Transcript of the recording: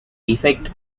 effect